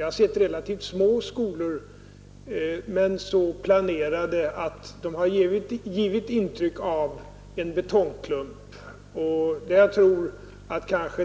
Jag har sett relativt små skolor, som emellertid varit så planerade att de har givit intryck av en betongklump där det kanske